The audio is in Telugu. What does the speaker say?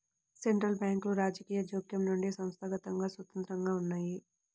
సెంట్రల్ బ్యాంకులు రాజకీయ జోక్యం నుండి సంస్థాగతంగా స్వతంత్రంగా ఉన్నయ్యి